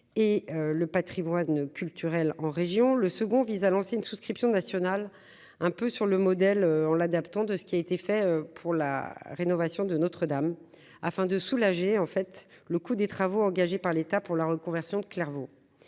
et le Patrimoine culturel en région, le second vise à lancer une souscription nationale un peu sur le modèle en l'adaptant, de ce qui a été fait pour la rénovation de Notre-Dame afin de soulager, en fait, le coût des travaux engagés par l'État pour la reconversion Clairvaux